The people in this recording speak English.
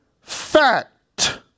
fact